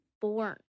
born